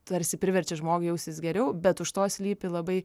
tarsi priverčia žmogų jaustis geriau bet už to slypi labai